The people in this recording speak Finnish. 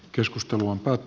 keskusteluoppaat